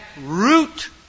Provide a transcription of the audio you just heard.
root